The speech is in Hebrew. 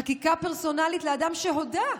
חקיקה פרסונלית לאדם שהודה,